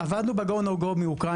עבדנו ב- GO /NO GO באוקראינה.